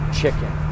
chicken